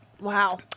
Wow